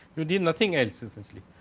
you deal nothing else essentially.